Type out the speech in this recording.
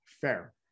Fair